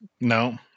No